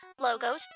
logos